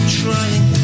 trying